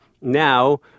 now